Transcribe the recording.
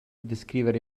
descrivere